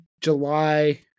July